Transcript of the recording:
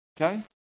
Okay